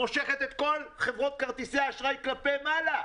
מושכת את כל חברות כרטיסי האשראי כלפי מעלה.